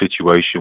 situation